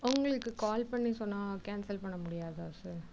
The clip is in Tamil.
உங்களுக்கு கால் பண்ணி சொன்னால் கேன்சல் பண்ண முடியாதா சார்